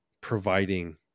providing